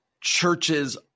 churches